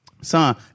Son